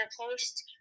post